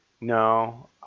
No